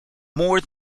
more